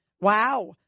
Wow